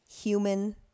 human